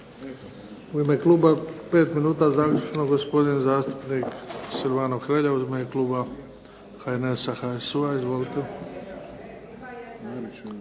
u ime kluba pet minuta završno gospodin zastupnik Silvano Hrelja, u ime kluba HNS-a, HSU-a. Izvolite. Ja se